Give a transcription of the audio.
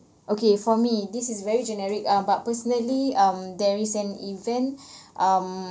okay for me this is very generic ah but personally um there is an event um